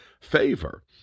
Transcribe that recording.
favor